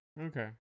Okay